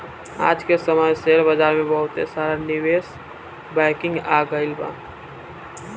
आज के समय में शेयर बाजार में बहुते सारा निवेश बैंकिंग आ गइल बा